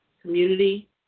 community